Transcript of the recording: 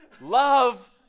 love